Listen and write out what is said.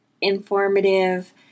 informative